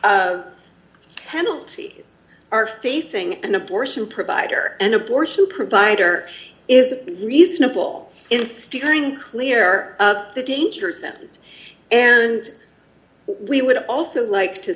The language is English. kind penalty are facing an abortion provider and abortion provider is reasonable in steering clear of the dangerous sentence and we would also like to